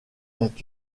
est